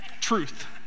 truth